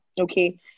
Okay